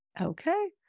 Okay